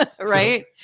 Right